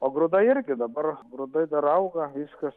o grūdai irgi dabar grūdai dar auga viskas